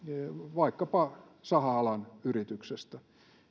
vaikkapa saha alan yrityksestä